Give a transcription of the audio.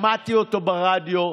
שמעתי אותו ברדיו.